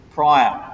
prior